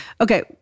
Okay